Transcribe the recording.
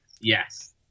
Yes